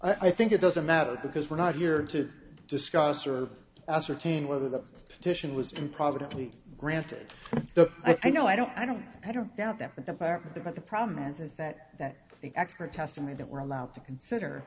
i think it doesn't matter because we're not here to discuss or ascertain whether the petition was done privately granted i know i don't i don't i don't doubt that the department there but the problem is is that the expert testimony that we're allowed to consider